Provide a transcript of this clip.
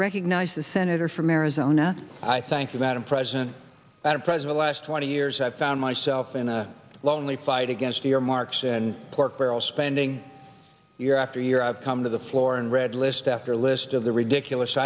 recognize the senator from arizona i thank you madam president but a president last twenty years i found myself in a lonely fight against earmarks and pork barrel spending year after year i've come to the floor and read list after list of the ridiculous